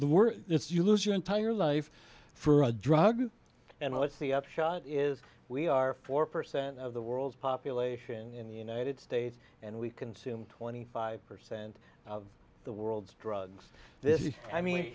s you lose your entire life for a drug and what's the upshot is we are four percent of the world's population and united states and we consume twenty five percent of the world's drugs